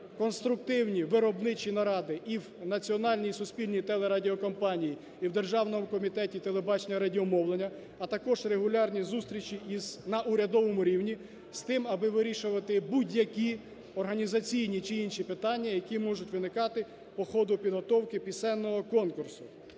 конструктивні виробничі наради і в національній, і суспільній телерадіокомпанії, і в Державному комітеті телебачення і радіомовлення, а також регулярні зустрічі на урядовому рівні з тим, аби вирішувати будь-які організаційні, чи інші питання, які можуть виникати по ї ходу підготовки пісенного конкурсу.